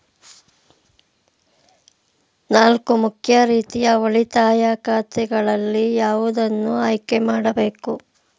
ನಾಲ್ಕು ಮುಖ್ಯ ರೀತಿಯ ಉಳಿತಾಯ ಖಾತೆಗಳಲ್ಲಿ ಯಾವುದನ್ನು ಆಯ್ಕೆ ಮಾಡಬೇಕು?